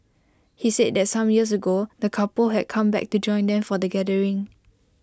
he said that some years ago the couple had come back to join them for the gathering